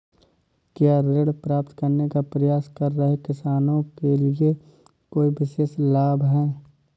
क्या ऋण प्राप्त करने का प्रयास कर रहे किसानों के लिए कोई विशेष लाभ हैं?